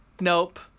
Nope